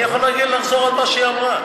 אני יכול לחזור על מה שהיא אמרה.